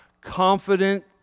confident